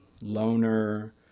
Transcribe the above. loner